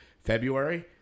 February